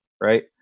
Right